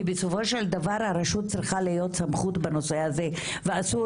כי בסופו של דבר הרשות צריכה להיות סמכות בנושא הזה ואסור